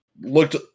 looked –